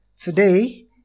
Today